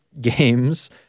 games